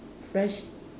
fresh